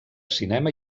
cinema